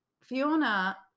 Fiona